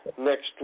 next